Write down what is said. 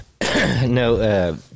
No